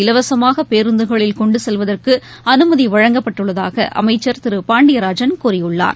இலவசமாகபேருந்துகளில் கொண்டுசெல்வதற்குஅனுமதிவழங்கப்பட்டுள்ளதாகஅமைச்சர் திரு இல்லாமல் க பாண்டியராஜன் கூறியுள்ளார்